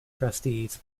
trustees